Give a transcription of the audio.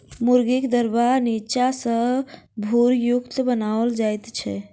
मुर्गीक दरबा नीचा सॅ भूरयुक्त बनाओल जाइत छै